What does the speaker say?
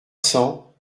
cents